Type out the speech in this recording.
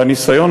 והניסיון,